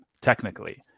technically